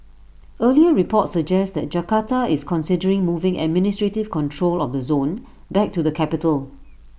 earlier reports suggest that Jakarta is considering moving administrative control of the zone back to the capital